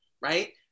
right